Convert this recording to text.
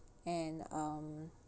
and um